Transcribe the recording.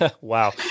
Wow